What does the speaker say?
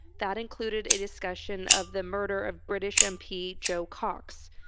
that included a discussion of the murder of british mp jo cox,